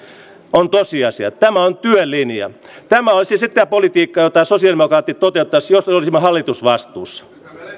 on tosiasia tämä on työn linja tämä olisi sitä politiikkaa jota sosialidemokraatit toteuttaisivat jos me olisimme hallitusvastuussa